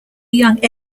young